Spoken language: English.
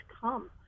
come